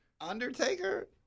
undertaker